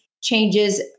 changes